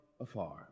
afar